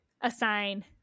assign